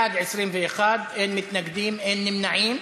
בעד, 21, אין מתנגדים, אין נמנעים.